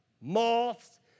moths